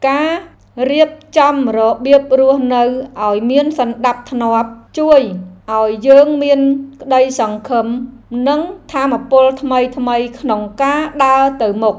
ការរៀបចំរបៀបរស់នៅឱ្យមានសណ្តាប់ធ្នាប់ ជួយឱ្យយើងមានក្តីសង្ឃឹម និងថាមពលថ្មីៗក្នុងការដើរទៅមុខ។